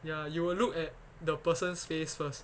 ya you will look at the person's face first